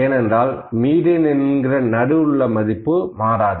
ஏனென்றால் மீடியன் என்கிற நடுவில் உள்ள மதிப்பு மாறாது